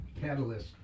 catalyst